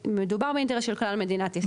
מדובר על אינטרס של כלל מדינת ישראל.